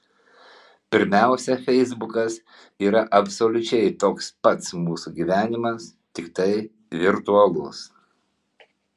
pirmiausia feisbukas yra absoliučiai toks pats mūsų gyvenimas tiktai virtualus